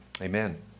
Amen